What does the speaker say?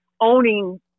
owning